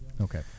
Okay